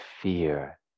fear